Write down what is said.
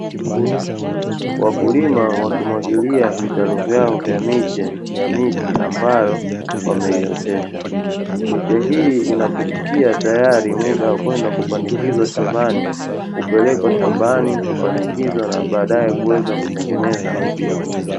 Wakulima wakimwagilia vitalu vyao vya miche ya miti ambayo wameiotesha. Miche hii inapofikia tayari muda wa kwenda kupandikizwa shambani, hupelekwa shambani kupandikizwa na baadae kuweza kutengeneza msitu.